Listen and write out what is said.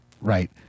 Right